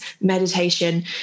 meditation